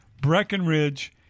Breckenridge